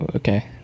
Okay